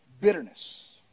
bitterness